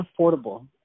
affordable